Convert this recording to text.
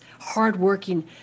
hardworking